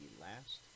last